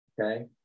okay